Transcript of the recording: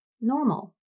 normal